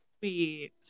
sweet